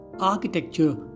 architecture